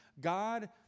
God